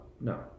No